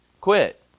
Quit